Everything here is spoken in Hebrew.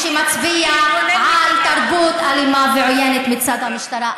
שמצביע על תרבות אלימה ועוינת מצד המשטרה.